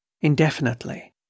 indefinitely